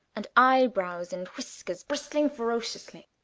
and eyebrows and whiskers bristling ferociously.